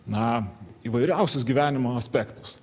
na įvairiausius gyvenimo aspektus